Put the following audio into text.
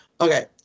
Okay